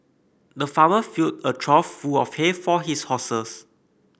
the farmer filled a trough full of hay for his horses